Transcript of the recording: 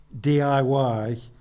DIY